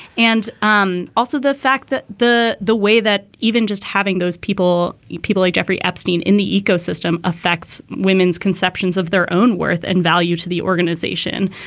and um also the fact that the the way that even just having those people, you people like jeffrey epstein in the ecosystem affects women's conceptions of their own worth and value to the organization.